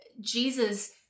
Jesus